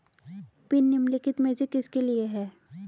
Pin निम्नलिखित में से किसके लिए है?